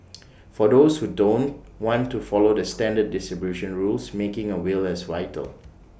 for those who don't want to follow the standard distribution rules making A will is vital